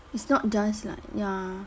it's not just like ya